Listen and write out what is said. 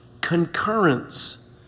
concurrence